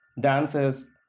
dances